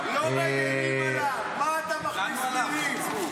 לא מגינים עליו, מה אתה מכניס מילים?